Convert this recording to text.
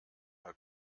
mal